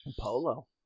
polo